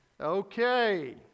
Okay